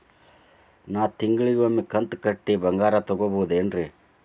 ನಾ ತಿಂಗಳಿಗ ಒಮ್ಮೆ ಕಂತ ಕಟ್ಟಿ ಬಂಗಾರ ತಗೋಬಹುದೇನ್ರಿ?